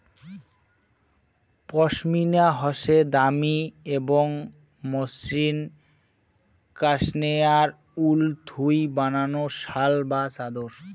পশমিনা হসে দামি এবং মসৃণ কাশ্মেয়ার উল থুই বানানো শাল বা চাদর